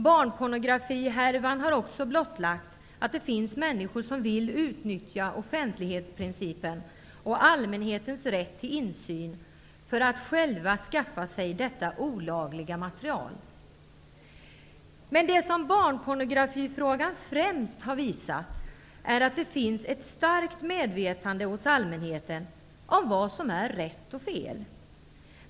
Barnpornografihärvan har också blottlagt att det finns människor som vill utnyttja offentlighetsprincipen och allmänhetens rätt till insyn för att själva skaffa sig detta olagliga material. Men det som barnpornografifrågan främst har visat är att det finns ett starkt medvetande hos allmänheten om vad som är rätt och fel.